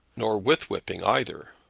nor with whipping either.